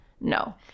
No